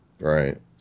Right